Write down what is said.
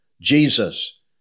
Jesus